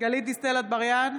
גלית דיסטל אטבריאן,